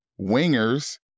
wingers